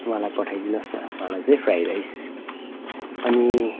उहाँलाई चाहिँ पठाइदिनुस् उहाँलाई फ्राइ राइस अनि